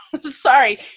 Sorry